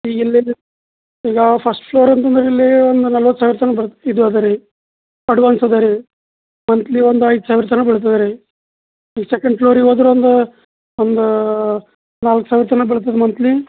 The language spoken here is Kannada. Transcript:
ಈಗ ಇಲ್ಲೇನೇ ಈಗ ಫಸ್ಟ್ ಫ್ಲೋರ್ ಅಂತಂದ್ರೆ ಇಲ್ಲಿ ಒಂದು ನಲ್ವತ್ತು ಸಾವಿರ ತನ ಬರತ್ತೆ ಇದು ಅದೆ ರೀ ಅಡ್ವಾನ್ಸ್ ಅದೆ ರೀ ಮಂತ್ಲಿ ಒಂದು ಐದು ಸಾವಿರ ತನ ಬೀಳ್ತದೆ ರೀ ಈ ಸೆಕೆಂಡ್ ಫ್ಲೋರಿಗೆ ಹೋದ್ರೆ ಒಂದು ಒಂದು ನಾಲ್ಕು ಸಾವಿರ ತನ ಬೀಳ್ತದೆ ಮಂತ್ಲಿ